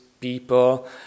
people